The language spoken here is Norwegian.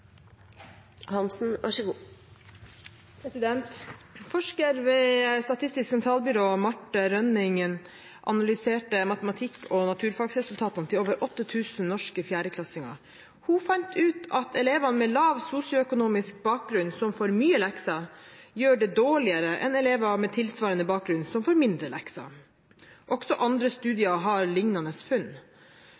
til over 8 000 norske fjerdeklassinger. Hun fant ut at elever med lav sosioøkonomisk bakgrunn som får mye lekser, gjør det dårligere enn elever med tilsvarende bakgrunn som får mindre lekser. Også andre